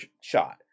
shot